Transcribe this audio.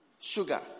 sugar